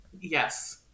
Yes